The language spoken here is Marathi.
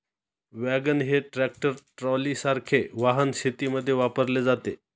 वॅगन हे ट्रॅक्टर ट्रॉलीसारखे वाहन शेतीमध्ये वापरले जाते